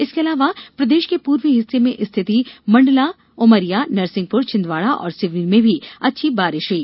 इसके अलावा प्रदेश के पूर्वी हिस्से में स्थिति मंडला उमरिया नरसिंहपुर छिंदवाड़ा और सिवनी में भी अच्छी बारिश हुई